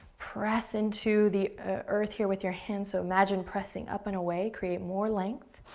press into the earth here with your hands. so imagine pressing up and away. create more length.